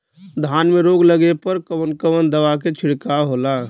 धान में रोग लगले पर कवन कवन दवा के छिड़काव होला?